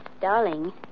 Darling